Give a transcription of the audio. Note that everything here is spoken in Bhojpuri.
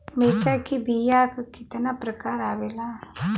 मिर्चा के बीया क कितना प्रकार आवेला?